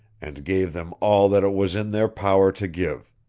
and gave them all that it was in their power to give.